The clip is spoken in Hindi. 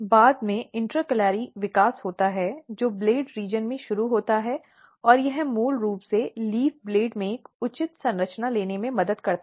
बाद में इन्टॅःकॅलॅरि विकास होता है जो ब्लेड क्षेत्र में शुरू होता है और यह मूल रूप से लीफ ब्लेड में एक उचित संरचना लेने में मदद करता है